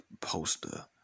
poster